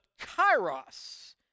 kairos